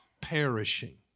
perishing